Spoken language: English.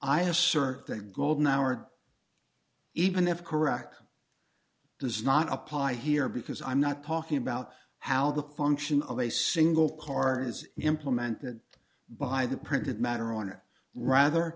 i assert that golden hour even if correct does not apply here because i'm not talking about how the function of a single car is implemented by the printed matter on or rather